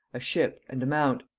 a ship, and a mount,